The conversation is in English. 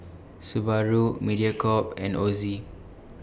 Subaru Mediacorp and Ozi